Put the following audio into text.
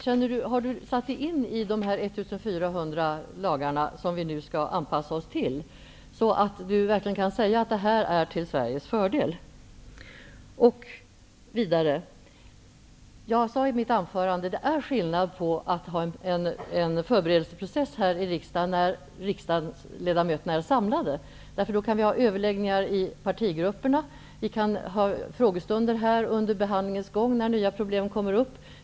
Har han satt sig in i de 1 400 lagar som vi nu skall anpassa oss till, så att han verkligen kan säga att det är till Sveriges fördel? Jag sade i mitt anförande att det är skillnad att ha en förberedelseprocess här i riksdagen när riksdagsledamöterna är samlade. Då kan vi ha överläggningar i partigrupperna och ha frågestunder under behandlingens gång när nya problem kommer upp.